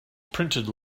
printed